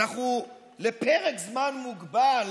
לפרק זמן מוגבל,